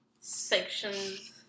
sections